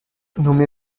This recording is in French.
nommé